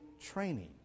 training